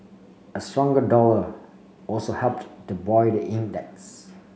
a stronger dollar also helped to buoy the index